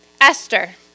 Esther